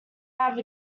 have